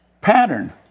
pattern